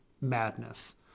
madness